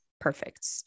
Perfect